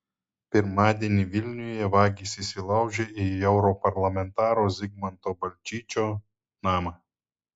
pirmadienį vilniuje vagys įsilaužė į europarlamentaro zigmanto balčyčio namą